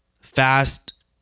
fast